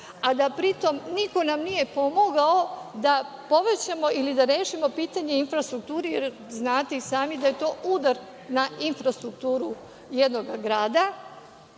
da nam pri tom niko nije pomogao da povećamo ili da rešimo pitanje infrastrukture, jer znate i sami da je to udar na infrastrukturu jednog grada,